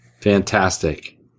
Fantastic